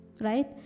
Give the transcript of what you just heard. right